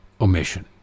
omission